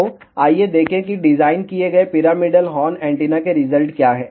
तो आइए देखें कि डिज़ाइन किए गए पिरामिडल हॉर्न एंटीना के रिजल्ट क्या हैं